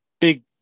big